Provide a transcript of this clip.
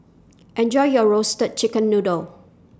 Enjoy your Roasted Chicken Noodle